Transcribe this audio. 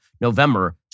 November